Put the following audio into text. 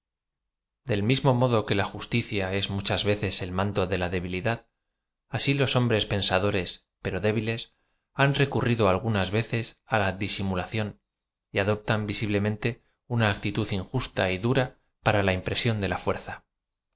el miamo modo que la justicia es machas veces el manto de la debilidad así los hombres pensadores pero débiles han recurrido algunas veces á la disimilación y adoptan visiblemente una actitud injusta y dura p ara la impresión de la fuerza